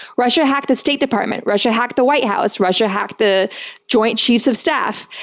russia hacked the state department. russia hacked the white house. russia hacked the joint chiefs of staff.